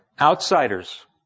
Outsiders